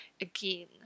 again